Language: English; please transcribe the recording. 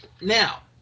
Now